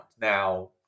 Now